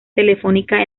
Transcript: telefónica